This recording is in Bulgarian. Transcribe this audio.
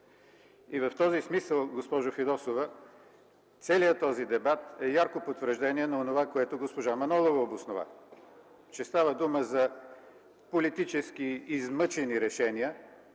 В този смисъл, госпожо Фидосова, целият този дебат е ярко потвърждение на онова, което госпожа Манолова обоснова – че става въпрос за политически измъчени решения,